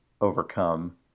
overcome